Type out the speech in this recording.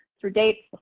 through dates,